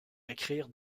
écrire